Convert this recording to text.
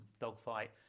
dogfight